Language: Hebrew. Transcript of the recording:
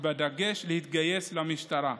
בדגש על גיוס למשטרה,